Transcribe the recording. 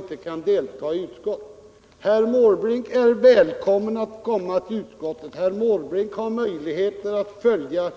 Låt mig då säga: Herr Måbrink är välkommen till utskottet. Herr Måbrink har möjligheter att följa